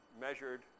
measured